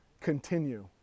continue